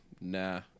Nah